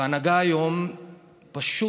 וההנהגה היום פשוט